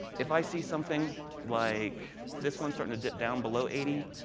if i see something like this one starting to dip down below eighty,